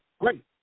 great